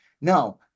No